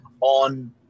on